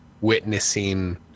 witnessing